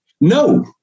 No